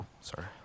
Sorry